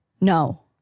No